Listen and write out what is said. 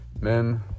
men